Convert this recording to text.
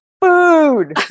food